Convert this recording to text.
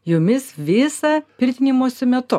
jumis visą pirtinimosi metu